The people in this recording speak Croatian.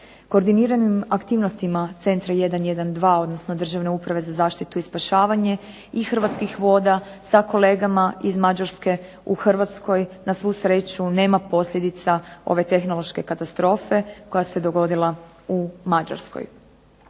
Koordiniranim aktivnostima Centra 112, odnosno Državne uprave za zaštitu i spašavanje i Hrvatskih voda sa kolegama iz Mađarske u Hrvatskoj na svu sreću nema posljedica ove tehnološke katastrofe koja se dogodila u Mađarskoj.